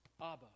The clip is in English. Abba